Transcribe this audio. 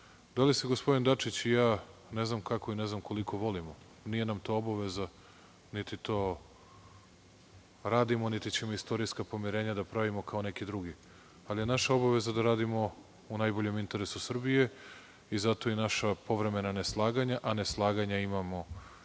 Da li se gospodin Dačić i ja, ne znam kako i ne znam koliko volimo. Nije nam to obaveza, niti to radimo, niti ćemo istorijska pomirenja da pravimo kao neki dugi, ali je naša obaveza da radimo u najboljem interesu Srbije i zato naša povremena neslaganja, a neslaganja imamo